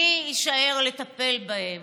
מי יישאר לטפל בהם?